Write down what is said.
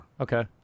Okay